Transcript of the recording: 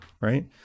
right